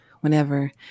whenever